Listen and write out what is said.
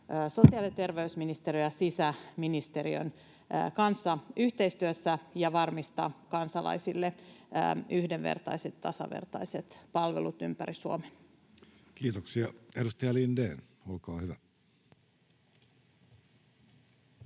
sosiaali- ja terveysministeriön ja sisäministeriön kanssa yhteistyössä ja varmistaa kansalaisille yhdenvertaiset, tasavertaiset palvelut ympäri Suomen. [Speech 60] Speaker: Jussi Halla-aho